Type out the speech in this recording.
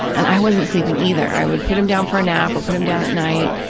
and i wasn't sleeping either. i would put him down for a nap or put him down at night,